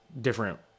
different